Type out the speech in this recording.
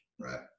right